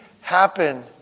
happen